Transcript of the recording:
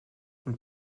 und